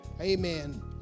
Amen